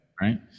right